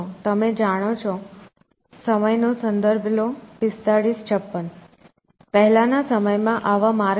તમે જાણો છો પહેલાના સમયમાં આવા માર્ગ હતા